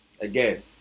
Again